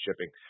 shipping